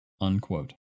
unquote